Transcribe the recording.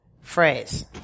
phrase